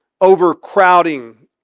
overcrowding